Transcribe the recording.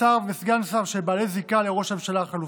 שר וסגן שר שהם בעלי זיקה לראש הממשלה החלופי.